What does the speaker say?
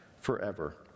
forever